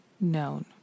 known